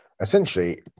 essentially